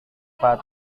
pak